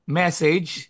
message